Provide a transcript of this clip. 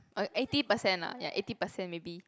oh eighty percent lah ya eighty percent maybe